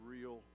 real